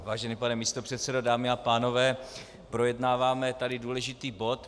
Vážený pane místopředsedo, dámy a pánové, projednáváme tady důležitý bod.